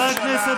בושה.